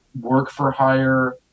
work-for-hire